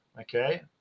Okay